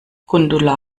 gundula